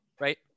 right